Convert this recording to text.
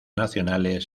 nacionales